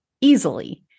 easily